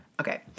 okay